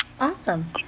Awesome